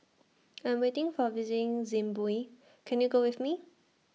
I'm waiting For visiting Zimbabwe Can YOU Go with Me